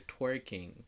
twerking